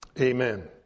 Amen